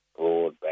Broadband